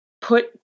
put